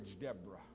Deborah